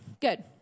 Good